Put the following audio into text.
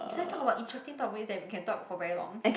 let's talk about interesting topics that we can talk for very long